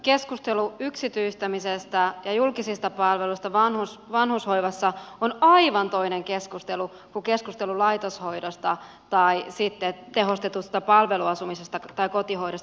keskustelu yksityistämisestä ja julkisista palveluista vanhushoivassa on aivan toinen keskustelu kuin keskustelu laitoshoidosta tai sitten tehostetusta palveluasumisesta tai kotihoidosta